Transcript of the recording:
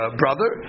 brother